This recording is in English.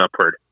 upward